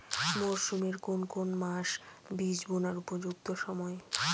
মরসুমের কোন কোন মাস বীজ বোনার উপযুক্ত সময়?